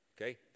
Okay